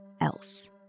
else